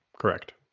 Correct